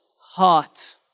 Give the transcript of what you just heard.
heart